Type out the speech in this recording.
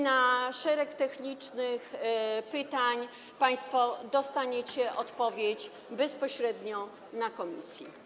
Na szereg technicznych pytań państwo dostaniecie odpowiedź bezpośrednio w komisji.